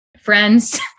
friends